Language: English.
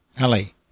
Ali